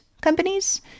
companies